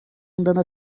andando